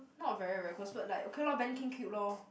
not very very close but like okay lor Ben-kheng cute lor